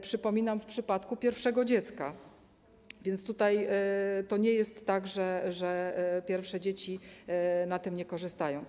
Przypominam, w przypadku pierwszego dziecka, więc to nie jest tak, że pierwsze dzieci na tym nie korzystają.